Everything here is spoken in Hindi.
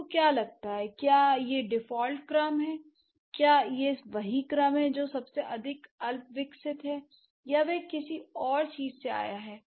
आपको क्या लगता है क्या यह डिफ़ॉल्ट क्रम है क्या यह वही क्रम है जो सबसे अधिक अल्पविकसित है या यह किसी और चीज़ से आया है